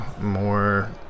more